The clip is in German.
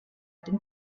den